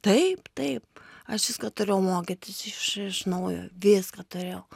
taip taip aš viską turėjau mokytis iš iš naujo viską turėjau